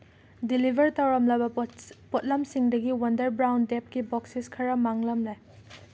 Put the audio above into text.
deliver ꯇꯧꯔꯝꯂꯕ ꯄꯣꯠꯂꯝꯁꯤꯡꯗꯒꯤ wonder brown ꯗꯦꯠꯒꯤ ꯕꯣꯛꯁꯦꯁ ꯈꯔ ꯃꯥꯡꯂꯝꯃꯦ